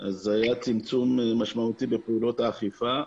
היה צמצום משמעותי בפעולות האכיפה.